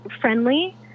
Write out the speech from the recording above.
friendly